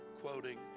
quoting